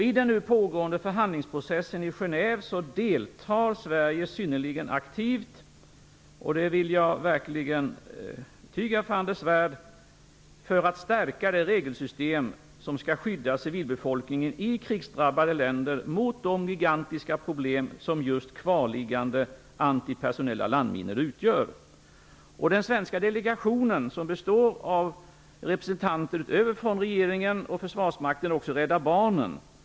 I den nu pågående förhandlingsprocessen i Genève deltar Sverige synnerligen aktivt - och det vill jag verkligen intyga för Anders Svärd - för att stärka det regelsystem som skall skydda civilbefolkningen i krigsdrabbade länder mot de gigantiska problem som just kvarliggande antipersonella landminor utgör. Den svenska delegationen består utöver representanter för regeringen och försvarsmakten också av representanter för Rädda barnen.